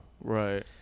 Right